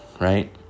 right